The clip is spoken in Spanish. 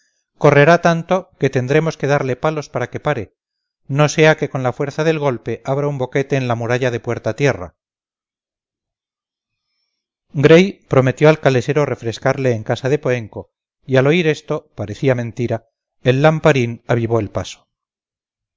correrá tanto que tendremos que darle palos para que pare no sea que con la fuerza del golpe abra un boquete en la muralla de puerta tierra gray prometió al calesero refrescarle en casa de poenco y al oír esto parecía mentira el lamparín avivó el paso